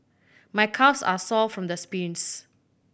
my calves are sore from the sprints